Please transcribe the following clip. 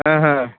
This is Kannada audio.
ಹಾಂ ಹಾಂ